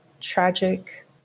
tragic